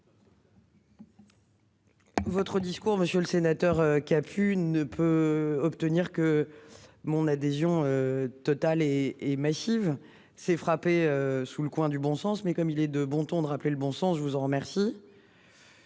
Votre discours monsieur le sénateur, qui a pu ne peut obtenir que mon adhésion totale et et massive, c'est frappé sous le coin du bon sens mais comme il est de bon ton de rappeler le bon sens. Je vous en remercie.